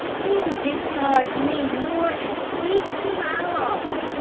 he'll discharge me more as seexty mile off.